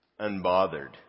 unbothered